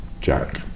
Jack